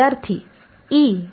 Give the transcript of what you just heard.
विद्यार्थीः E